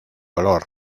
color